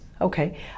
Okay